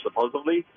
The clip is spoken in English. supposedly